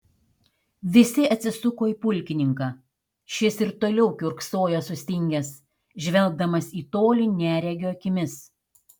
visi atsisuko į pulkininką šis ir toliau kiurksojo sustingęs žvelgdamas į tolį neregio akimis